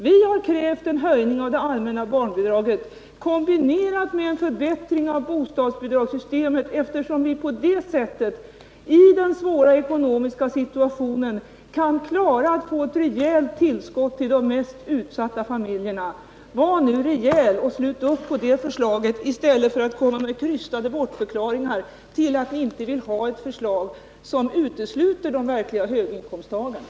Vi har krävt en höjning av det allmänna barnbidraget kombinerad med en förbättring av bostadsbidragssystemet, eftersom vi på det sättet i den här svåra ekonomiska situationen kan ge ett rejält tillskott till de mest utsatta familjerna. Var nu rejäl och slut upp bakom det förslaget, i stället för att komma med krystade bortförklaringar till att ni inte vill stödja ett förslag som utesluter de verkliga höginkomsttagarna!